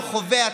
שחווה,